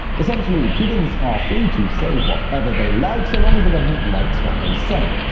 essentially, cubans are free to say whatever they like, so long as the government likes what they say.